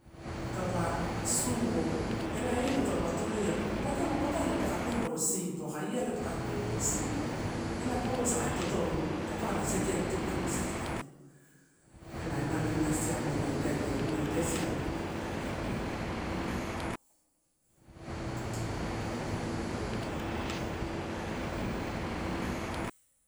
Taupa suou, ela elo taupa toria patalo patalo paka pepeko pa sipo akaiala paka pepeko sipo. Ela pauasa kai totoru, patalo saikaini tu alosadia to, ela nalo elana siamela, idai na elae na idai siamela nalo kai pekoia ela na elaiai.